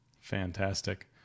Fantastic